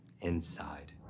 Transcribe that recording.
inside